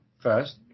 first